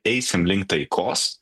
eisim link taikos